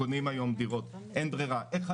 שיהיה ברור שאנחנו לא תוקפים אותם אישית אלא כנציגים.